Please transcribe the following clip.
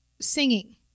singing